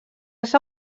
s’ha